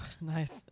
Nice